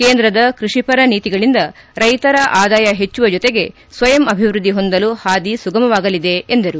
ಕೇಂದ್ರದ ಕ್ಷಿಪರ ನೀತಿಗಳಿಂದ ರೈತರ ಆದಾಯ ಹೆಚ್ಚುವ ಜೊತೆಗೆ ಸ್ವಯಂ ಅಭಿವ್ಯದ್ದಿ ಹೊಂದಲು ಪಾದಿ ಸುಗಮವಾಗಲಿದೆ ಎಂದರು